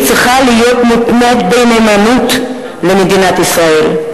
צריכה להיות מותנית בנאמנות למדינת ישראל.